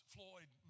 Floyd